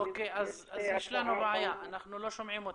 אוקיי, יש לנו בעיה, אנחנו לא שומעים אותך.